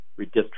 redistricting